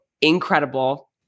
incredible